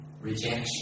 rejection